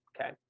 Okay